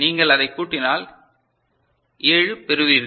நீங்கள் அதை கூட்டினால் 7 பெறுவீர்கள்